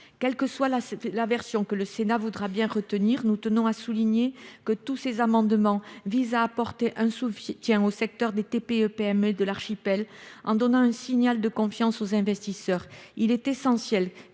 Quelle que soit la version que le Sénat voudra bien retenir, nous tenons à souligner que l’ensemble de ces amendements visent à apporter un soutien au secteur des TPE PME de l’archipel en donnant un signal de confiance aux investisseurs. Après le retour